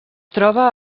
troba